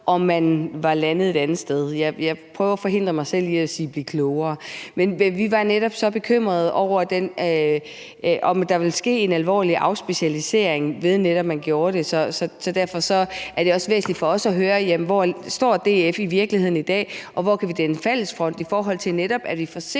om man var landet et andet sted. Jeg prøver at forhindre mig selv i at sige »blive klogere«. Vi var netop så bekymrede over, om der ville ske en alvorlig afspecialisering, ved at man netop gjorde det. Derfor er det også væsentligt for os at høre, hvor DF i virkeligheden står i dag, og hvor vi kan danne fælles front, i forhold til at vi netop